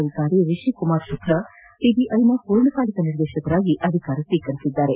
ಅಧಿಕಾರಿ ರಿಶಿ ಕುಮಾರ್ ಶುಕ್ಲ ಸಿಬಿಐನ ಪೂರ್ಣಕಾಲಿಕ ನಿರ್ದೇಶಕರಾಗಿ ಅಧಿಕಾರ ಸ್ತೀಕರಿಸಿದ್ದರು